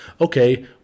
okay